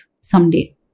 someday